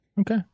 Okay